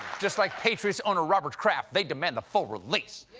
just like patriots owner robert kraft, they demand the full release.